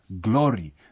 glory